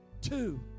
Two